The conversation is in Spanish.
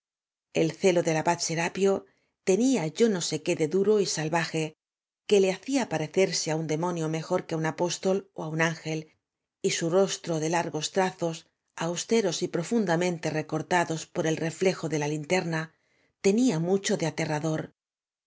el celo del abad serapio tenía yo no sé qué de duro y sal vaje que le hacía parecerse á un demonio mejor que á un apóstol ó á un ángel y su rostro de largos trazos austeros y profundamente recor tados por ei reflo de la linterna tenía mucho de aterrador